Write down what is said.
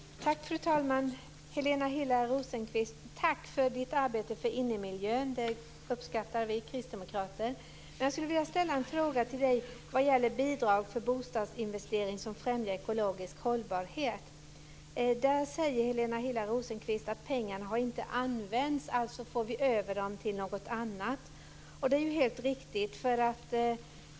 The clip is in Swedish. Fru talman! Jag vill tacka Helena Hillar Rosenqvist för hennes arbete för innemiljön. Det uppskattar vi kristdemokrater. Rosenqvist om bidrag för bostadsinvestering som främjar ekologisk hållbarhet. Där säger hon att pengarna inte har använts och att vi alltså får över dem till något annat. Det är helt riktigt.